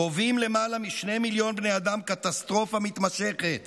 חווים למעלה משני מיליון בני אדם קטסטרופה מתמשכת